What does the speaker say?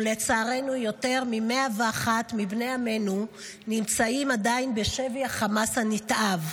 ולצערנו יותר מ-101 מבני עמנו נמצאים עדיין בשבי החמאס הנתעב.